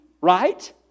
right